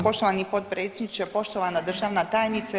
Poštovani potpredsjedniče, poštovana državna tajnice.